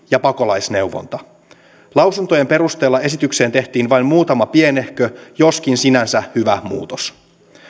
ja pakolaisneuvonta lausuntojen perusteella esitykseen tehtiin vain muutama pienehkö joskin sinänsä hyvä muutos